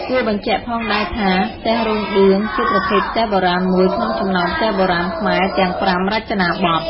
គួរបញ្ជាក់ផងដែរថា ផ្ទះរោងឌឿង ជាប្រភេទផ្ទះបុរាណមួយក្នុងចំណោមផ្ទះបុរាណខ្មែរទាំង៥រចនាបថ។